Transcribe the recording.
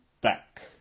back